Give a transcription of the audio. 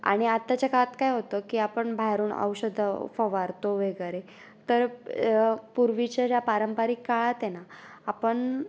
आणि आत्ताच्या काळात काय होतं की आपण बाहेरून औषधं फवारतो वगैरे तर पूर्वीच्या ज्या पारंपारिक काळात आहे ना आपण